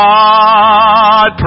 God